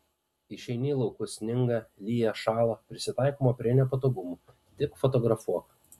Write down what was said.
išeini į laukus sninga lyja šąla prisitaikoma prie nepatogumų tik fotografuok